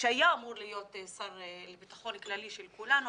שהיה אמור להיות שר לביטחון הכללי של כולנו,